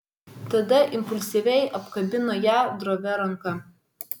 tada impulsyviai apkabino ją drovia ranka